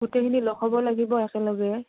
গোটেইখিনি লগ হ'ব লাগিব একেলগে